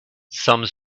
some